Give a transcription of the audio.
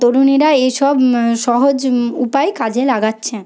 তরুণরা এইসব সহজ উপায় কাজে লাগাচ্ছে